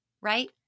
right